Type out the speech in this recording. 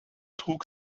trug